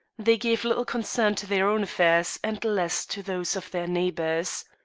they gave little concern to their own affairs and less to those of their neighbors.